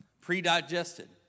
pre-digested